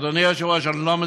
אדוני היושב-ראש, אני לא מזלזל,